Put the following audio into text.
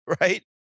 right